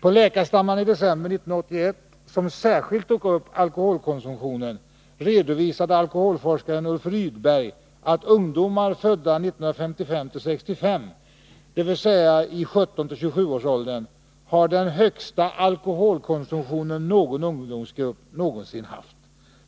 På läkarstämman i december 1981, som särskilt tog upp alkoholkonsumtionen, redovisade alkoholforskaren Ulf Rydberg att ungdomar födda 1955-1965, dvs. ungdomar i 17-27-årsåldern har den högsta alkoholkonsumtionen någon ungdomsgrupp någonsin haft.